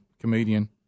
comedian